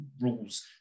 rules